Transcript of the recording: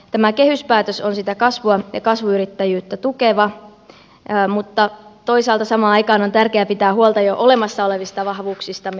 tämä kehyspäätös on sitä kasvua ja kasvuyrittäjyyttä tukeva mutta toisaalta samaan aikaan on tärkeää pitää huolta jo olemassa olevista vahvuuksistamme esimerkiksi metsäteollisuuden kilpailukyvystä